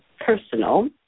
personal